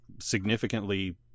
significantly